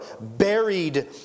buried